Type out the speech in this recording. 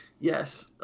Yes